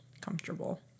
comfortable